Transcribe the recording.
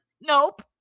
Nope